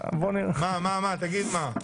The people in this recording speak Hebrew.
רבים מהם הוגשו, רבים מהם